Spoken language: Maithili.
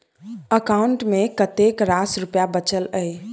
एकाउंट मे कतेक रास रुपया बचल एई